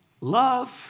Love